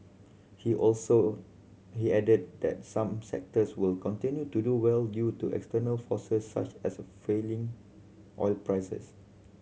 he also he added that some sectors will continue to do well due to external forces such as a feeling oil prices